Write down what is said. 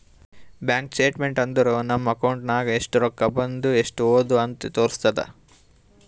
bank statement ಅಂದುರ್ ನಮ್ದು account ನಾಗ್ ಎಸ್ಟ್ ರೊಕ್ಕಾ ಬಂದು ಎಸ್ಟ್ ಹೋದು ಅಂತ್ ತೋರುಸ್ತುದ್